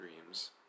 dreams